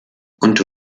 und